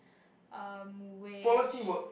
um which